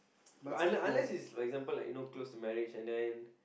but un~ unless it's like for example like you know close to marriage and then